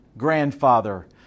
grandfather